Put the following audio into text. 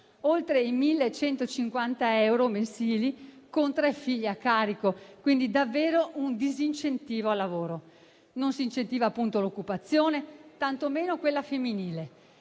oltre i 1.150 euro mensili con tre figli a carico, quindi davvero un disincentivo al lavoro. Non si incentiva appunto l'occupazione, tantomeno quella femminile.